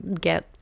get